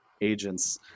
agents